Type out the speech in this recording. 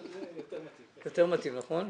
זה יותר מתאים, נכון?